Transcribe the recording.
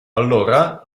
allora